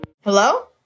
Hello